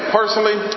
personally